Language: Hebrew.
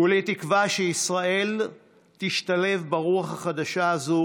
כולי תקווה שישראל תשתלב ברוח החדשה הזו